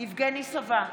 יבגני סובה,